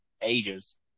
ages